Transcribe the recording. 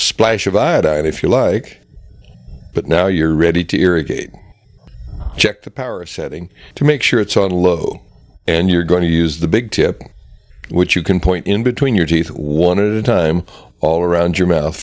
splash of iodine if you like but now you're ready to irrigate check the power setting to make sure it's on low and you're going to use the big tip which you can point in between your teeth one at a time all around your mouth